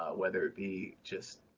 ah whether it be just